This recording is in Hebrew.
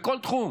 בכל תחום,